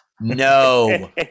No